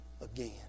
again